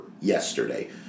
yesterday